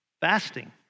Fasting